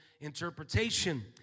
interpretation